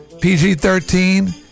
PG-13